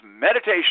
Meditation